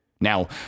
Now